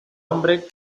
hombre